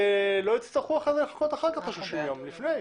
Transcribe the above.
ולא יצטרכו לחכות אחר כך את ה-30 ימים אלא לפני?